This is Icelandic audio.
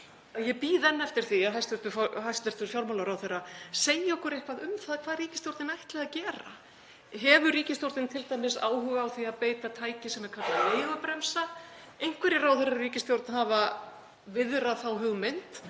Ég bíð enn eftir því að hæstv. fjármálaráðherra segi okkur eitthvað um það hvað ríkisstjórnin ætli að gera. Hefur ríkisstjórnin t.d. áhuga á því að beita tæki sem er kallað leigubremsa? Einhverjir ráðherrar í ríkisstjórn hafa viðrað þá hugmynd